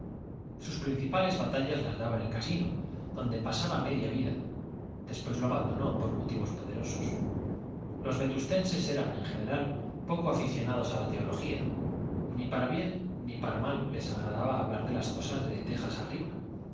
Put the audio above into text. sus principales batallas las daba en el casino donde pasaba media vida después lo abandonó por motivos poderosos los vetustenses eran en general poco aficionados a la teología ni para bien ni para mal les agradaba hablar de las cosas de tejas arriba